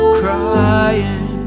crying